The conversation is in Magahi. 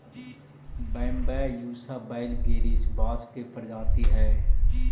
बैम्ब्यूसा वैलगेरिस बाँस के प्रजाति हइ